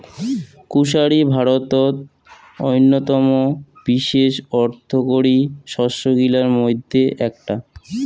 কুশারি ভারতত অইন্যতম বিশেষ অর্থকরী শস্য গিলার মইধ্যে এ্যাকটা